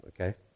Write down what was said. okay